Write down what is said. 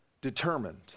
determined